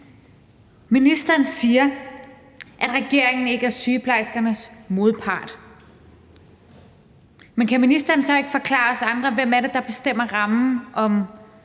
Ministeren siger, at regeringen ikke er sygeplejerskernes modpart. Men kan ministeren så ikke forklare os andre, hvem det er, der bestemmer rammen om